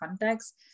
context